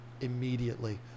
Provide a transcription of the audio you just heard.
immediately